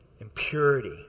impurity